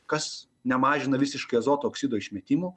kas nemažina visiškai azoto oksido išmetimo